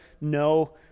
no